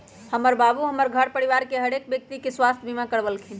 हमर बाबू हमर घर परिवार के हरेक व्यक्ति के स्वास्थ्य बीमा करबलखिन्ह